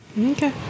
Okay